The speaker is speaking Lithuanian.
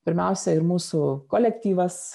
pirmiausia ir mūsų kolektyvas